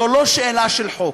זו לא שאלה של חוק.